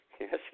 Yes